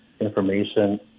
information